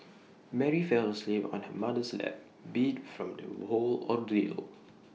Mary fell asleep on her mother's lap beat from the whole ordeal